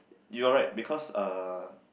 you are right because uh